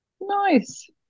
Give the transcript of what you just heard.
Nice